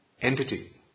entity